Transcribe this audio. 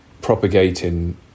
propagating